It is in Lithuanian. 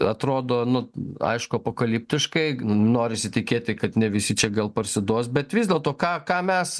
atrodo nu aišku apokaliptiškai norisi tikėti kad ne visi čia gal parsiduos bet vis dėlto ką ką mes